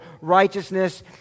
righteousness